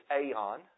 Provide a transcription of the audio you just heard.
aeon